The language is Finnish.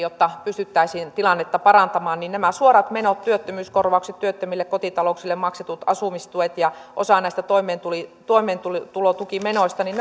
tavoite jotta pystyttäisiin tilannetta parantamaan niin nämä suorat menot työttömyyskorvaukset työttömien kotitalouksille maksetut asumistuet ja osa näistä toimeentulotukimenoista